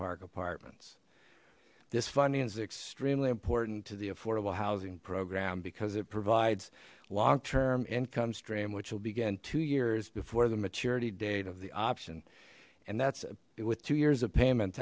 park apartments this funding is extremely important to the affordable housing program because it provides long term income stream which will begin two years before the maturity date of the option and that's a with two years of payment